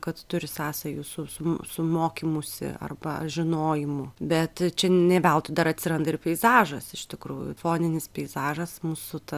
kad turi sąsajų su su su mokymusi arba žinojimu bet čia ne veltui dar atsiranda ir peizažas iš tikrųjų foninis peizažas mūsų ta